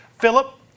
Philip